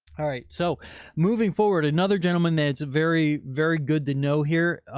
all right. so moving forward, another gentleman, that's very, very good to know here.